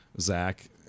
Zach